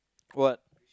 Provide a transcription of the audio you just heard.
what